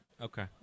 Okay